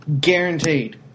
Guaranteed